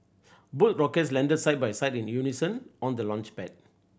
both rockets landed side by side in unison on the launchpad